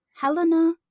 Helena